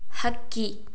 ಹಕ್ಕಿ